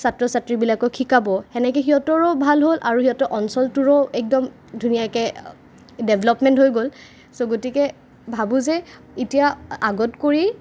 ছাত্ৰ ছাত্ৰীবিলাকক শিকাব সেনেকে সিহঁতৰো ভাল হ'ল আৰু সিহঁতৰ অঞ্চলটোৰো একদম ধুনীয়াকে ডেভলপমেণ্ট হৈ গ'ল চ' গতিকে ভাবোঁ যে এতিয়া আগতকৈ